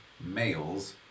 males